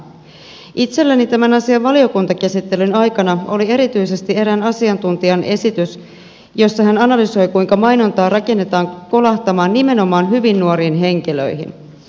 itselleni hämmentävä tämän asian valiokuntakäsittelyn aikana oli erityisesti erään asiantuntijan esitys jossa hän analysoi kuinka mainontaa rakennetaan kolahtamaan nimenomaan hyvin nuoriin henkilöihin